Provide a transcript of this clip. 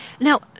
Now